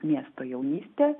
miesto jaunystė